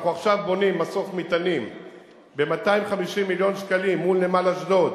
אנחנו עכשיו בונים מסוף מטענים ב-250 מיליון שקלים מול נמל אשדוד,